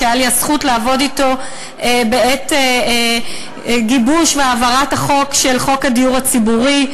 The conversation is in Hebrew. שהייתה לי הזכות לעבוד אתו בעת גיבוש והעברת חוק הדיור הציבורי.